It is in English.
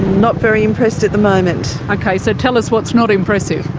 not very impressed at the moment. okay, so tell us what's not impressive.